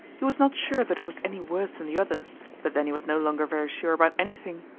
he was not sure that it was any worse than the other but then he was no longer very sure about anything.